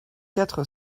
quatre